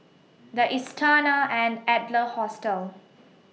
The Istana and Adler Hostel